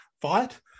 fight